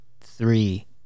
three